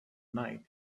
night